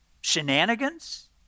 shenanigans